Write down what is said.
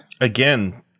Again